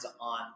on